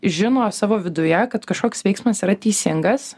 žino savo viduje kad kažkoks veiksmas yra teisingas